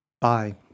Bye